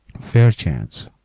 fairchance.